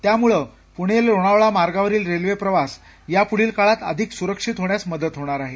त्यामुळं पुणे लोणावळा मार्गावरील रेल्वेप्रवास या पुढील काळात अधिक सुरक्षित होण्यास मदत होणार आहे